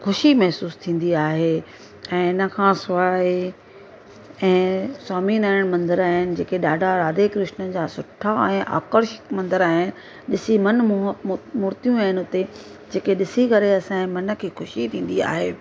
ख़ुशी महिसूसु थींदी आहे ऐं हिन खां सवाइ आहे ऐं स्वामी नारायण मंदिर आहिनि जेके ॾाढा राधे कृष्ण जा सुठा ऐं आकषित मंदिर आहे ॾिसी मन मूह मूर्तियूं आहिनि उते जेके ॾिसी करे असांजे मन खे ख़ुशी थींदी आहे